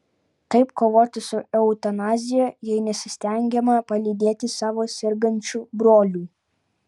kaip kovoti su eutanazija jei nesistengiama palydėti savo sergančių brolių